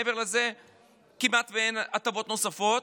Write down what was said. מעבר לזה כמעט שאין הטבות נוספות,